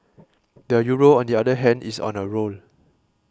the Euro on the other hand is on a roll